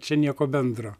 čia nieko bendro